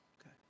Okay